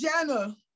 Jenna